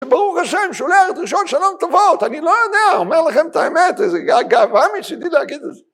ברוך השם, שולח דרישות שלום טובות, אני לא יודע, אומר לכם את האמת, איזה גאווה מצידי להגיד את זה.